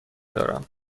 دارم